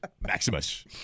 Maximus